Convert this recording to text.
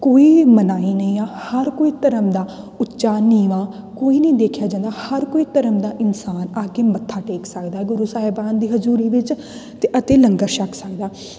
ਕੋਈ ਮਨਾਹੀ ਨਹੀਂ ਆ ਹਰ ਕੋਈ ਧਰਮ ਦਾ ਉੱਚਾ ਨੀਵਾਂ ਕੋਈ ਨਹੀਂ ਦੇਖਿਆ ਜਾਂਦਾ ਹਰ ਕੋਈ ਧਰਮ ਦਾ ਇਨਸਾਨ ਆ ਕੇ ਮੱਥਾ ਟੇਕ ਸਕਦਾ ਗੁਰੂ ਸਾਹਿਬਾਨ ਦੀ ਹਜ਼ੂਰੀ ਵਿੱਚ ਅਤੇ ਅਤੇ ਲੰਗਰ ਛਕ ਸਕਦਾ